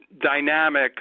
dynamic